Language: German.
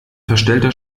verstellter